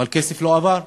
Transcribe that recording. אבל כסף לא עבר.